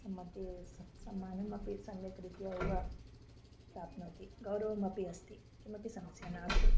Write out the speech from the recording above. तन्मध्ये सम् सम्मानमपि सम्यक् रीत्या एव प्राप्नोति गौरवमपि अस्ति किमपि समस्या नास्ति